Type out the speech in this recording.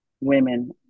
women